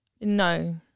No